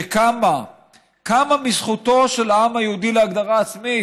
שקמה מזכותו של העם היהודי להגדרה עצמית,